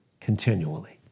continually